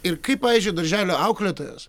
ir kai pavyzdžiui darželio auklėtojos